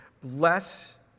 Bless